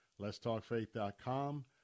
letstalkfaith.com